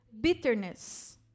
bitterness